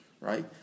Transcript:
right